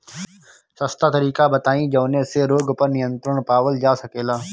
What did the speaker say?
सस्ता तरीका बताई जवने से रोग पर नियंत्रण पावल जा सकेला?